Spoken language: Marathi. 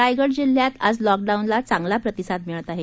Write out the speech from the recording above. रायगड जिल्हय़ात आज लॉकडाऊनला चांगला प्रतिसाद मिळत आहे